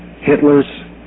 Hitlers